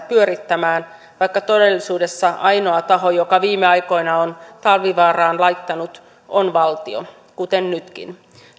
pyörittämään vaikka todellisuudessa ainoa taho joka viime aikoina on talvivaaraan laittanut on valtio kuten nytkin